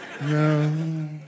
No